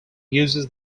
uses